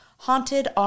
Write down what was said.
haunted